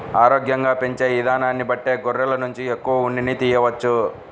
ఆరోగ్యంగా పెంచే ఇదానాన్ని బట్టే గొర్రెల నుంచి ఎక్కువ ఉన్నిని తియ్యవచ్చు